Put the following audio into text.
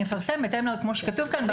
אני אפרסם כמו שכתוב כאן,